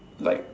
like